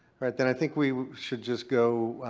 alright. then i think we should just go.